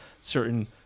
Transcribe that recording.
certain